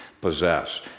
possess